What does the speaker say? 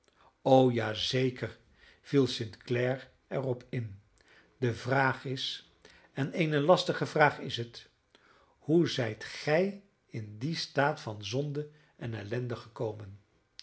o ja zeker viel st clare er op in de vraag is en eene lastige vraag is het hoe zijt gij in dien staat van zonde en ellende gekomen